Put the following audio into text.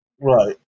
Right